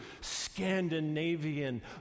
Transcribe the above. Scandinavian